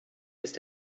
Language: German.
ist